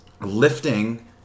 lifting